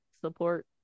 support